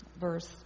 verse